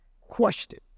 Question